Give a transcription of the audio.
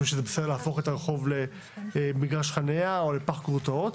שבסדר להפוך את הרחוב למגרש חניה או לפח גרוטאות.